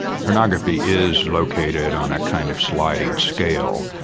pornography is located on a kind of sliding scale.